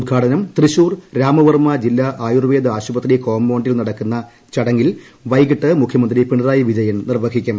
ഉദ്ഘാടനം തൃശൂർ രാമവർമ്മ ജില്ലാ ആയുർവേദ ആശുപത്രി കോമ്പൌണ്ടിൽ നടക്കുന്ന ചടങ്ങിൽ വൈകിട്ട് മുഖ്യമന്ത്രി പിണറായി വിജയൻ നിർവഹിക്കും